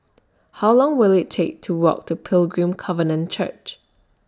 How Long Will IT Take to Walk to Pilgrim Covenant Church